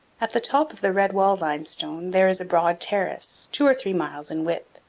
at the top of the red wall limestone there is a broad terrace, two or three miles in width,